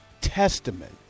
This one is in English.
testament